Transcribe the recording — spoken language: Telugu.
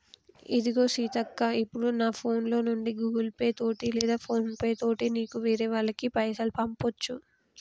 ఇదిగో సీతక్క ఇప్పుడు నా ఫోన్ లో నుండి గూగుల్ పే తోటి లేదా ఫోన్ పే తోటి నీకు వేరే వాళ్ళకి పైసలు పంపొచ్చు